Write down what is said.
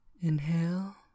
inhale